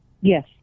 Yes